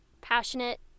passionate